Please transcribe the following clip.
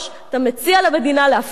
אתה מציע למדינה להפקיע,